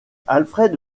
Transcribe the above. alfred